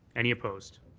any opposed